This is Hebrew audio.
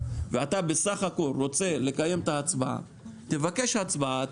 ואתה בסך הכול רוצה לקיים את ההצבעה תבקש הצבעה,